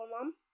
mom